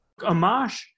Amash